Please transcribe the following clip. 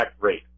rate